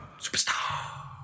Superstar